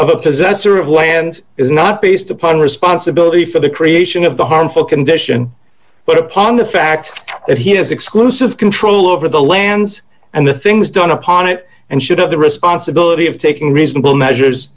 possessor of land is not based upon responsibility for the creation of the harmful condition but upon the fact that he has exclusive control over the lands and the things done upon it and should have the responsibility of taking reasonable measures